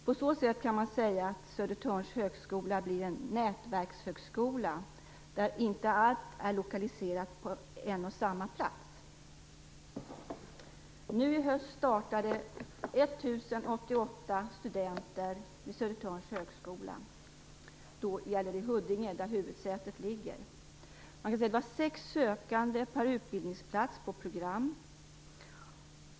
På så sätt kan man säga att Södertörns högskola blir en nätverkshögskola där inte allt är lokaliserat på en och samma plats. Nu i höst startade 1 088 studenter vid Södertörns högskola. Då gäller det Huddinge, där huvudsätet ligger. Det var 6 sökande per utbildningsplats på program.